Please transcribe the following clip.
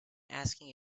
asking